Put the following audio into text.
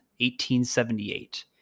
1878